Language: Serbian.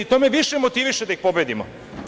To me više motiviše da ih pobedimo.